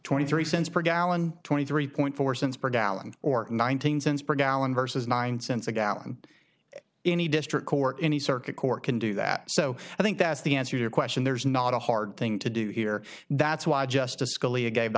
twenty three cents per gallon twenty three point four cents per gallon or nineteen cents per gallon versus nine cents a gallon any district court in the circuit court can do that so i think that's the answer to question there's not a hard thing to do here that's why just